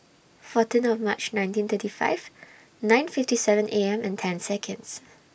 fourteen of March nineteen thirty five nine fifty seven A M and ten Seconds